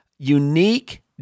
unique